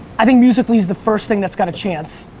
i think musically is the first thing that's got a chance.